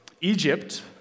Egypt